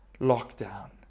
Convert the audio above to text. lockdown